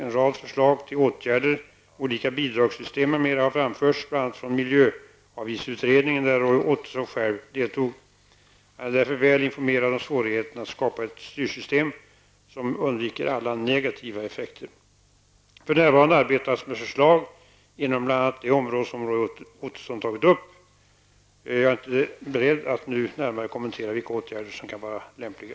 En rad förslag till åtgärder, olika bidragssystem m.m., har framförts, bl.a. från miljöavgiftsutredningen där Roy Ottosson själv deltog. Han är därför väl informerad om svårigheterna att skapa ett styrsystem som undviker alla negativa effekter. För närvarande arbetas med förslag inom bl.a. det område som Roy Ottosson tagit upp. Jag är därför inte nu beredd att närmare kommentera vilka åtgärder som kan vara lämpliga.